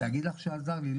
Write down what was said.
להגיד לך שזה עזר לי?